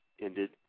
ended